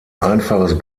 einfaches